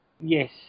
yes